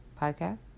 podcast